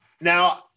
Now